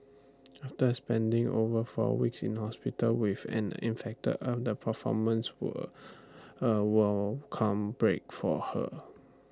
after spending over four weeks in hospital with an infected arm the performances were A welcome break for her